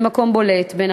במקום בולט, בין